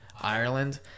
Ireland